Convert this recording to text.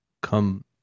come